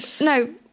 no